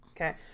Okay